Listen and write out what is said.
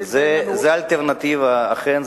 אכן,